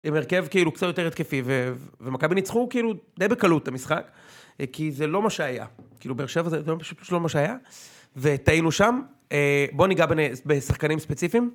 עם הרכב כאילו קצר יותר התקפי, ומכבי ניצחו כאילו די בקלות את המשחק. כי זה לא מה שהיה. כאילו, באר שבע הזה זה פשוט לא מה שהיה. וטעינו שם. בואו ניגע בשחקנים ספציפיים.